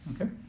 Okay